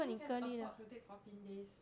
who can afford to take fourteen days